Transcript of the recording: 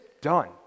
done